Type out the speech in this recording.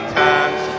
times